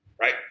right